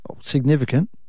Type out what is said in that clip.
Significant